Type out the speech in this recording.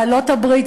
בעלות-הברית,